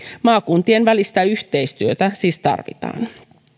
maakuntien välistä yhteistyötä siis tarvitaan